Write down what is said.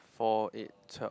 four eight twelve